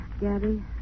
Gabby